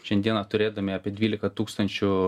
šiandieną turėdami apie dvylika tūkstančių